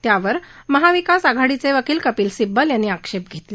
त्यावर महाविकास आघाडीचे वकील कपिल सिब्बल यांनी आक्षेप घेतला